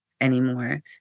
anymore